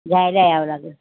घ्यायला यावं लागेल